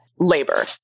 labor